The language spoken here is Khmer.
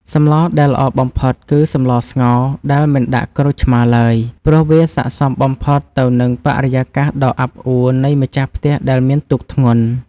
សម្លដែលល្អបំផុតគឺសម្លស្ងោរដែលមិនដាក់ក្រូចឆ្មារឡើយ ព្រោះវាសក្តិសមបំផុតទៅនឹងបរិយាកាសដ៏អាប់អួរនៃម្ចាស់ផ្ទះដែលមានទុក្ខធ្ងន់។